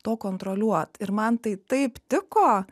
to kontroliuot ir man tai taip tiko